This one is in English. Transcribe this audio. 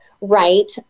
right